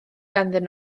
ganddyn